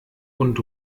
und